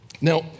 Now